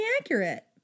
accurate